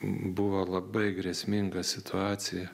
buvo labai grėsminga situacija